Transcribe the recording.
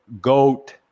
GOAT